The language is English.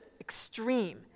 extreme